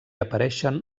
apareixen